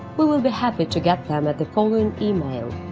we will be happy to get them at the following e-mail.